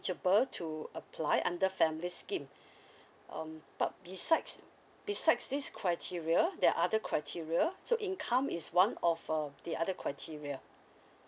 to apply under family scheme um but besides besides this criteria they're other criteria so income is one of a the other criteria